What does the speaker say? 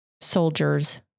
soldiers